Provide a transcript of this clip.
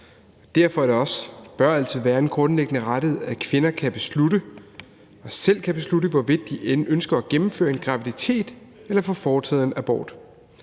og bør altid være en grundlæggende rettighed, at kvinder selv kan beslutte, hvorvidt de ønsker at gennemføre en graviditet eller få foretaget en abort.